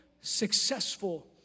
successful